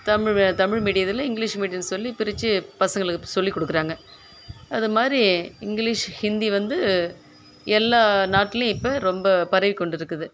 தமிழ் தமிழ் மீடியத்தில் இங்கிலீஷ் மீடியம்னு சொல்லி பிரித்து பசங்களுக்கு இப்போ சொல்லிக்கொடுக்குறாங்க அதுமாதிரி இங்கிலீஷ் ஹிந்தி வந்து எல்லா நாட்டுலேயும் இப்போ ரொம்ப பரவிக்கொண்டிருக்குது